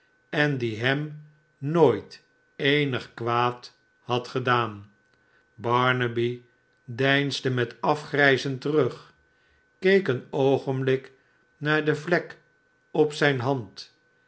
en die hem nooit eenig kwaad had gedaan barnaby deinsde met afgrijzen terug keek een oogenblik naar de vlek op zijne hand